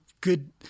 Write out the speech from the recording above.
good